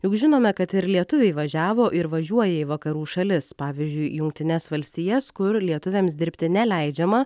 juk žinome kad ir lietuviai važiavo ir važiuoja į vakarų šalis pavyzdžiui jungtines valstijas kur lietuviams dirbti neleidžiama